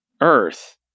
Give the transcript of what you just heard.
Earth